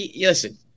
listen